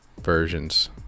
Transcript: versions